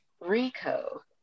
Rico